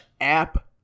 app